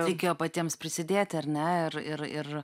reikėjo patiems prisidėt ar ne ir ir ir